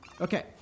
Okay